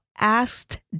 asked